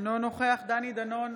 אינו נוכח דני דנון,